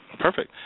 Perfect